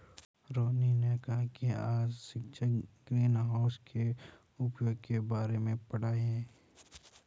रोहिनी ने कहा कि आज शिक्षक ग्रीनहाउस के उपयोग के बारे में पढ़ाएंगे